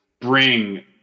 bring